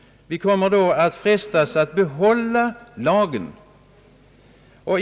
Vi kommer då att frestas att behålla lagen.